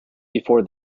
before